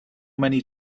many